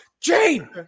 Jane